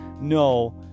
no